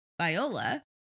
Viola